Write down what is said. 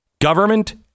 Government